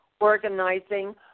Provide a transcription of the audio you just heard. organizing